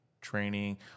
training